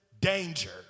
danger